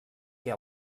què